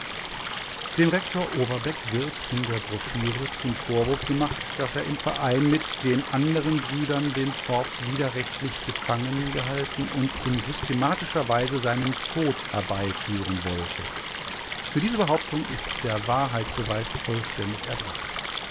dem rektor overbeck wird in der broschüre zum vorwurf gemacht daß er im verein mit den anderen brüdern den forbes widerrechtlich gefangen gehalten und in systematischer weise seinen tod herbeiführen wollte für diese behauptung ist der wahrheitsbeweis vollständig erbracht